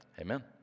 Amen